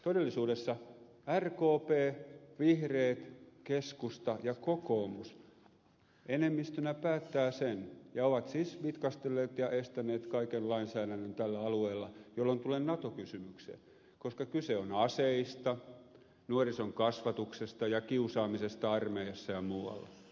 todellisuudessa rkp vihreät keskusta ja kokoomus enemmistönä päättävät sen ja ovat siis vitkastelleet ja estäneet kaiken lainsäädännön tällä alueella jolloin tulen nato kysymykseen koska kyse on aseista nuorison kasvatuksesta ja kiusaamisesta armeijassa ja muualla